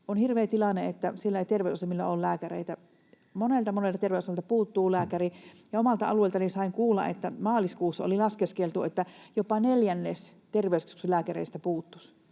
On hirveä tilanne, että siellä ei terveysasemilla ole lääkäreitä. Monelta, monelta terveysasemalta puuttuu lääkäri. Omalta alueeltani sain kuulla, että maaliskuussa oli laskeskeltu, että jopa neljännes terveyskeskuslääkäreistä puuttuisi